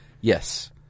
Yes